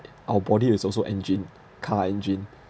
our body is also engine car engine